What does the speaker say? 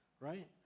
right